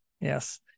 Yes